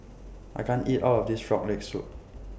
I can't eat All of This Frog Leg Soup